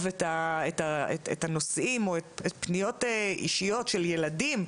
את הנושאים או את הפניות האישיות של ילדים,